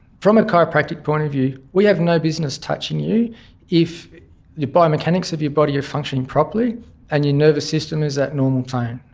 from a chiropractic point of view, we have no business touching you if the biomechanics of your body are functioning properly and your nervous system is at normal tone.